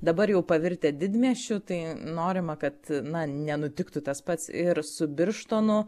dabar jau pavirtę didmiesčiu tai norima kad na nenutiktų tas pats ir su birštonu